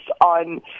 on